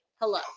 hello